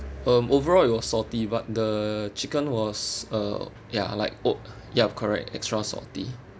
um overall it was salty but the chicken was uh ya like oh yup correct extra salty